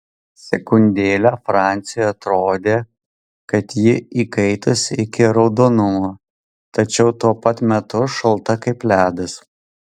sekundėlę franciui atrodė kad ji įkaitusi iki raudonumo tačiau tuo pat metu šalta kaip ledas